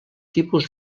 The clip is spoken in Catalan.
tipus